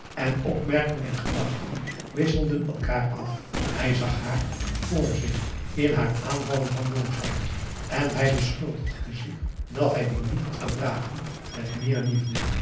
en opmerkingen en gedachten wisselden elkaar af hij zag haar vr zich in haar aanvallen van boosheid en hij beschuldigde zich dat hij die niet had verdragen met meer liefde